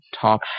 top